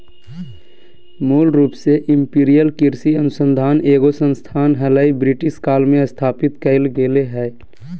मूल रूप से इंपीरियल कृषि अनुसंधान एगो संस्थान हलई, ब्रिटिश काल मे स्थापित कैल गेलै हल